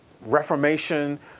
reformation